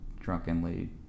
Drunkenly